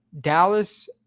Dallas